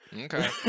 Okay